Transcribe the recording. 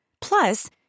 Plus